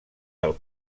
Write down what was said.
del